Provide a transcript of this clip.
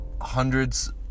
hundreds